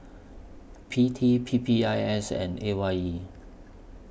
P T P P I S and A Y E